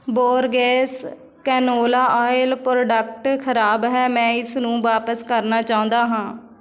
Borges canola oil product ਖਰਾਬ ਹੈ ਮੈਂ ਇਸ ਨੂੰ ਵਾਪਸ ਕਰਨਾ ਚਾਹੁੰਦਾ ਹਾਂ